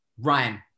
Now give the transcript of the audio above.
Ryan